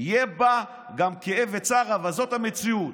יהיה בה גם כאב וצער, אבל זאת המציאות.